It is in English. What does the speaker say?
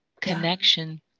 connection